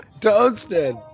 Toasted